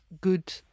good